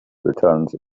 returns